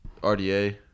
RDA